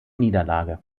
niederlage